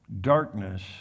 darkness